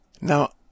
Now